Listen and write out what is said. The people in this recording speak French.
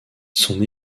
son